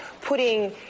putting